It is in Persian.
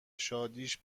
شادیش